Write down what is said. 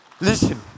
Listen